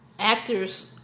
actors